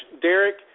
Derek